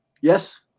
Yes